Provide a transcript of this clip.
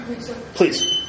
Please